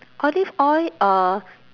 olive oil uh